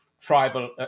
tribal